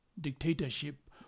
dictatorship